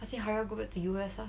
ask him hurry up go back to U_S ah